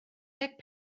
deg